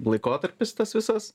laikotarpis tas visas